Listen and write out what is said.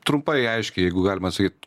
trumpai aiškiai jeigu galima atsakyt